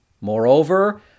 Moreover